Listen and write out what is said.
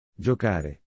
giocare